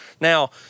Now –